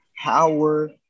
power